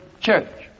church